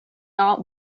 not